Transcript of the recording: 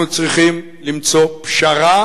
אנחנו צריכים למצוא פשרה